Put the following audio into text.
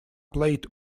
played